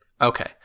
Okay